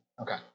Okay